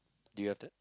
do you have that